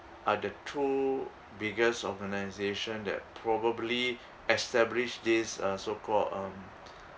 are the two biggest organisation that probably established this uh so-called um